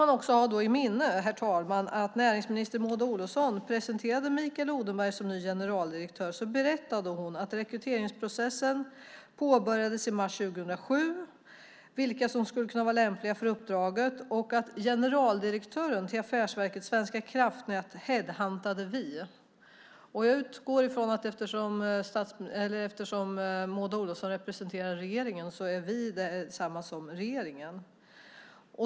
Man ska då ha i minnet att näringsminister Maud Olofsson när hon presenterade Mikael Odenberg som ny generaldirektör berättade att rekryteringsprocessen påbörjades i mars 2007 - vilka som skulle kunna vara lämpliga för uppdraget - och sade att generaldirektören till Affärsverket svenska kraftnät "headhuntade vi". Eftersom Maud Olofsson representerar regeringen utgår jag från att "vi" är detsamma som regeringen.